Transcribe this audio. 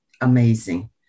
Amazing